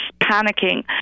panicking